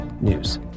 news